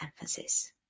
emphasis